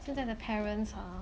现在的 parents hor